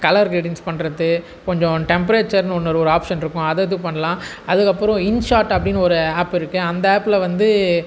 colour க்ரிடின்ஸ் பண்ணுறது கொஞ்சம் டெம்ப்ரேச்சர்னு ஒன்று இரு ஒரு ஆப்ஷன் இருக்கும் அதை இது பண்ணலாம் அதுக்கப்புறம் இன்ஷாட் அப்படின்னு ஒரு ஆப் இருக்குது அந்த ஆப்பில் வந்து